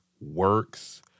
works